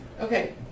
Okay